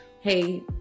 hey